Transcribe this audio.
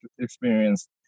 experience